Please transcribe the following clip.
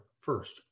first